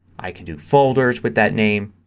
i can do folders with that name.